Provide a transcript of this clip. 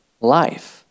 life